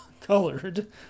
colored